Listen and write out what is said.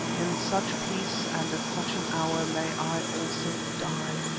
in such peace and at such an hour may i also die!